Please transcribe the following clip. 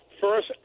First